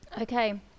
Okay